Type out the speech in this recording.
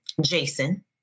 Jason